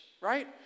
right